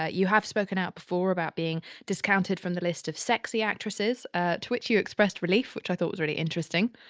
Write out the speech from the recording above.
ah you have spoken out before about being discounted from the list of sexy actresses ah to which you expressed relief, which i thought was really interesting.